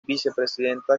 vicepresidenta